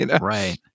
right